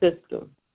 system